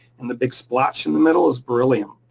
and the big splotch in the middle is beryllium.